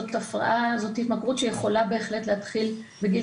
זאת התמכרות שיכולה בהחלט להתחיל בגיל